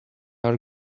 are